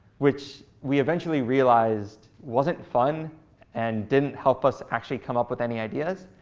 which we eventually realized wasn't fun and didn't help us actually come up with any ideas.